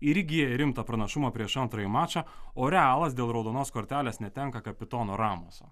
irgi rimtą pranašumą prieš antrąjį mačą o realas dėl raudonos kortelės netenka kapitono ramuso